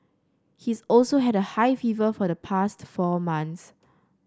he's also had a high fever for the past four months